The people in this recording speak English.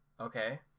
Okay